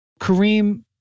Kareem